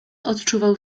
odczuwał